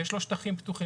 יש לו שטחים פתוחים,